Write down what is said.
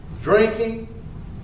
drinking